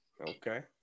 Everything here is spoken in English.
okay